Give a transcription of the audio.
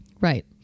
right